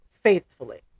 Faithfully